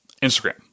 Instagram